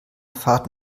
fahrt